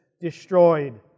destroyed